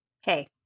Hey